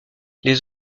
les